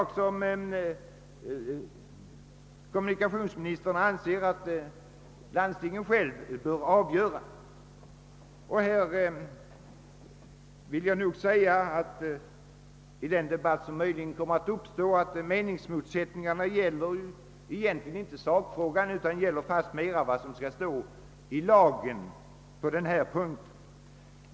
Kommunikationsministern anser «att landstinget självt bör få avgöra om dubbel beredning skall ske eller ej. Meningsmotsättningarna i den debatt som möjligen uppstår kommer egentligen inte att gälla sakfrågan utan fastmer vad som skall stå i lagen på denna punkt.